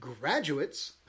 Graduates